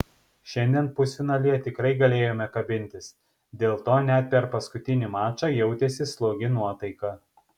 šiandien pusfinalyje tikrai galėjome kabintis dėl to net per paskutinį mačą jautėsi slogi nuotaika